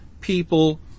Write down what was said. people